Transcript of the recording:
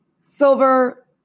Silver